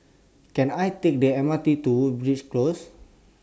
Can I Take The M R T to Woodleigh Close